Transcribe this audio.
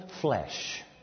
flesh